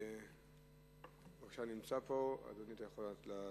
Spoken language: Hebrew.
שנמצא פה, בבקשה,